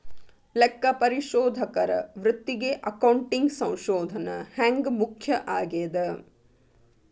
ಲೆಕ್ಕಪರಿಶೋಧಕರ ವೃತ್ತಿಗೆ ಅಕೌಂಟಿಂಗ್ ಸಂಶೋಧನ ಹ್ಯಾಂಗ್ ಮುಖ್ಯ ಆಗೇದ?